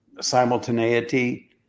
simultaneity